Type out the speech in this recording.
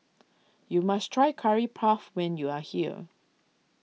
you must try Curry Puff when you are here